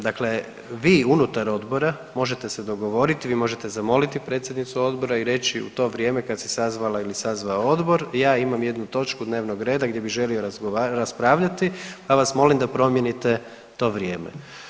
Dakle, vi unutar odbora možete se dogovoriti, vi možete zamoliti predsjednicu odbora i reći u to vrijeme kad se sazvala ili sazvao odbor ja imam jednu točku dnevnog reda gdje bi želio raspravljati, pa vas molim da promijenite to vrijeme.